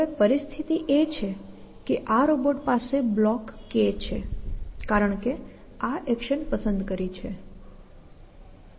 હવે પરિસ્થિતિ એ છે કે આ રોબોટ પાસે બ્લોક K છે કારણ કે આ એક્શન પસંદ કરી છે